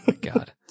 God